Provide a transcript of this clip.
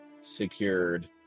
secured